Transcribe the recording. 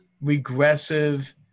regressive